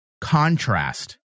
contrast